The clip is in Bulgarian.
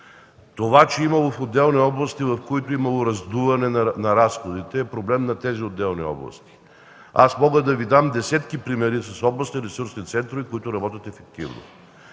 Това, че в отделни области имало раздуване на разходите, е проблем на тези отделни области. Мога да Ви дам десетки примери с областни ресурсни центрове, които работят ефективно